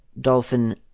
dolphin